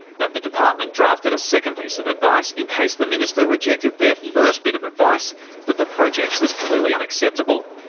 that the department drafted a second piece of advice in case the minister rejected their first bit of advice that the project was clearly unacceptable.